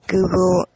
Google